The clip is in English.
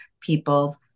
people's